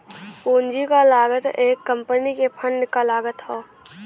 पूंजी क लागत एक कंपनी के फंड क लागत हौ